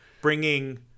bringing